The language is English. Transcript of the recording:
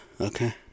okay